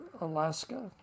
Alaska